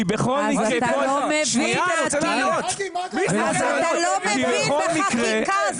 כי בכל מקרה פה --- אתה לא מבין בחקיקה,